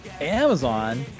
Amazon